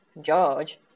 George